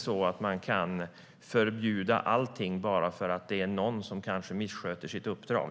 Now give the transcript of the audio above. Man kan ju inte förbjuda allt bara för att någon kanske missköter sitt uppdrag.